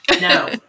No